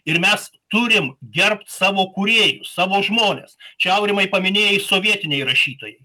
ir mes turim gerbt savo kurį kūrėjus savo žmones čia aurimai paminėjai sovietiniai rašytojai